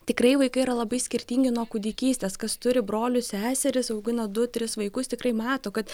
tikrai vaikai yra labai skirtingi nuo kūdikystės kas turi brolius seseris augina du tris vaikus tikrai mato kad